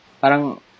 Parang